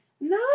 No